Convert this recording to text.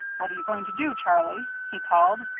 what are you going to do, charlie? he called.